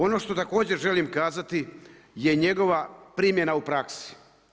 Ono što također želim kazati je njegova primjena u praksi.